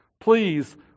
please